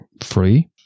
free